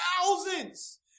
thousands